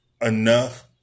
enough